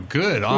good